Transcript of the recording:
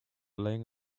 laying